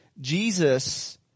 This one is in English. Jesus